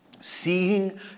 Seeing